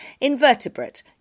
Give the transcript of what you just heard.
invertebrate